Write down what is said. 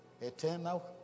Eternal